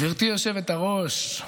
גברתי היושבת-ראש,